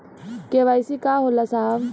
KYC का होला साहब?